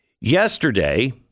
Yesterday